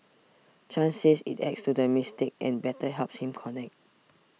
Chan says it adds to the mystique and better helps him connect